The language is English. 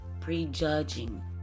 prejudging